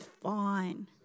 fine